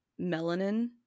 melanin